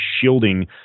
shielding